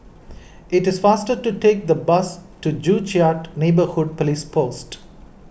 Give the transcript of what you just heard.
it is faster to take the bus to Joo Chiat Neighbourhood Police Post